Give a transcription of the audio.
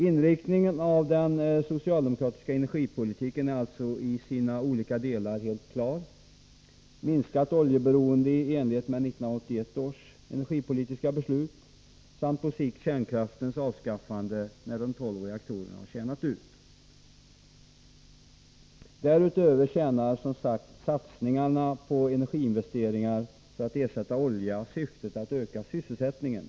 Inriktningen av den socialdemokratiska energipolitiken är alltså i sina olika delar helt klar: Minskat oljeberoende i enlighet med 1981 års energipolitiska beslut samt på sikt kärnkraftens avskaffande, när de tolv reaktorerna har tjänat ut. Därutöver tjänar satsningarna på energiinvesteringar för att ersätta olja syftet att öka sysselsättningen.